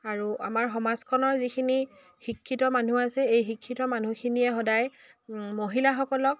আৰু আমাৰ সমাজখনৰ যিখিনি শিক্ষিত মানুহ আছে এই শিক্ষিত মানুহখিনিয়ে সদায় মহিলাসকলক